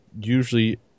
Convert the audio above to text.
usually